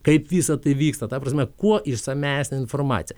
kaip visa tai vyksta ta prasme kuo išsamesnę informaciją